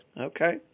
Okay